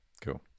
cool